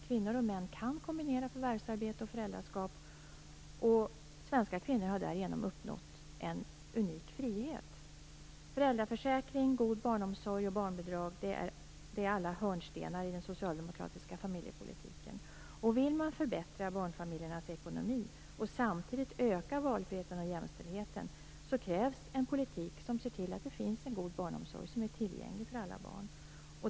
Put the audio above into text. Kvinnor och män kan kombinera förvärvsarbete och föräldraskap, och svenska kvinnor har därigenom uppnått en unik frihet. Föräldraförsäkring, god barnomsorg och barnbidrag är alla hörnstenar i den socialdemokratiska familjepolitiken. Vill man förbättra barnfamiljernas ekonomi och samtidigt öka valfriheten och jämställdheten krävs det en politik som är sådan att man ser till att det finns en god barnomsorg tillgänglig för alla barn.